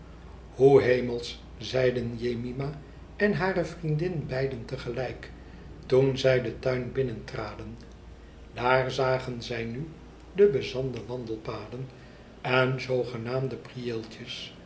hoe hemelsch i zeiden jemima en hare vriendin beiden te gelijk toen zij den tuinbinnentraden daar zagen zij nu de bezande wandelpaden en zoogenaamde